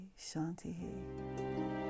Shanti